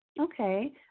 Okay